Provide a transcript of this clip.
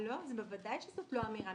לא, בוודאי שזאת לא האמירה.